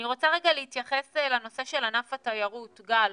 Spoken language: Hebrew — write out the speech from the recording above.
אני רוצה להתייחס לנושא של ענף התיירות, גל.